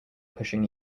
pushing